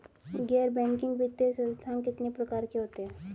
गैर बैंकिंग वित्तीय संस्थान कितने प्रकार के होते हैं?